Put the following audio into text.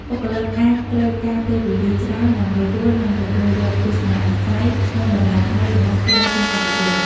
បុគ្គលិកអាចត្រូវការពេលវេលាច្រើនដើម្បីយល់ និងទទួលយកទស្សនៈវិស័យ និងតម្លៃថ្មីរបស់ក្រុមហ៊ុនឯកជន។